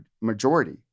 majority